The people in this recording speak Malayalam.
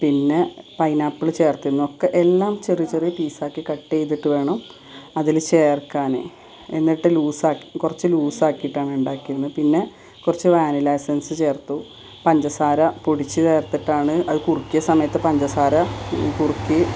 പിന്നെ പൈനാപ്പിള് ചേർത്തിരുന്നു ഒക്കെ എല്ലാം ചെറിയ ചെറിയ പീസ് ആക്കി കട്ട് ചെയ്തിട്ടുവേണം അതിൽ ചേർക്കാൻ എന്നിട്ട് ലൂസ് ആക്കി കുറച്ച് ലൂസ് ആക്കിയിട്ടാണ് ഉണ്ടാക്കിയിരുന്നത് പിന്നെ കുറച്ച് വാനില എസ്സെൻസ്സ് ചേർത്തു പഞ്ചസാര പൊടിച്ച് ചേർത്തിട്ടാണ് അത് കുറുക്കിയ സമയത്ത് പഞ്ചസാര കുറുക്കി